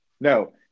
No